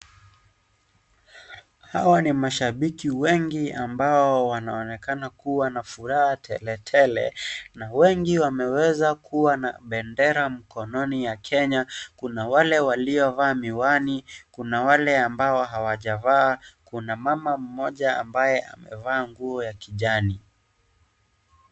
Hawa ni mashabiki wengi ambao wanaonekana kuwa na furaha tele tele na wengi wameweza kuwa na bendera mkononi ya kenya kuna wale waliovaa miwani, kuna wale ambao hawajavaa, kuna mama mmoja ambaye amevaa nguo ya kijani.